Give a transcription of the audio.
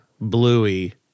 Bluey